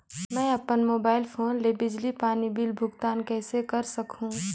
मैं अपन mobile phone ले बिजली पानी बिल भुगतान कइसे कर सकहुं?